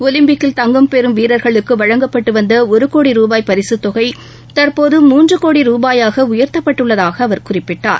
ஒலிப்பிக்கில் தங்கம் பெறும் வீரர்களுக்கு வழங்கப்பட்டு வந்த ஒரு கோடி ரூபாய் பரிசுத்தொகை தற்போது மூன்று கோடி ரூபாயாக உயர்த்தப்பட்டுள்ளதாக அவர் குறிப்பிட்டார்